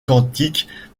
quantique